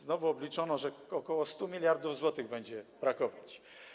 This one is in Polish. Znowu obliczono, że ok. 100 mld zł będzie brakować.